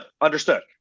Understood